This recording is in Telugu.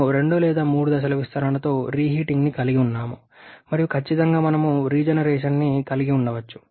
మేము 2 లేదా 3 దశల విస్తరణతో రీహీటింగ్ ని కలిగి ఉన్నాము మరియు ఖచ్చితంగా మేము రీజనరేషన్ని కలిగి ఉండవచ్చు